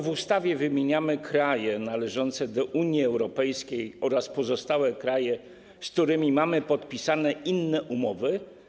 W ustawie wymieniamy kraje należące do Unii Europejskiej oraz pozostałe kraje, z którymi mamy podpisane inne umowy.